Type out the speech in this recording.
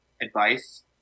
advice